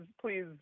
please